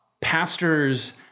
pastors